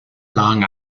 long